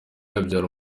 abyara